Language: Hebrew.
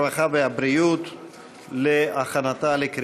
הרווחה והבריאות נתקבלה.